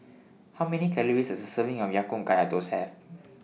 How Many Calories Does A Serving of Ya Kun Kaya Toast Have